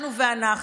אנחנו ואנחנו.